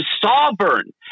sovereign